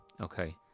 Okay